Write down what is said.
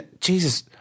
Jesus